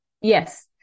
Yes